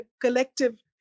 collective